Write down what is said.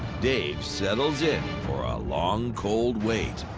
dave settles in for a long, cold wait.